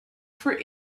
for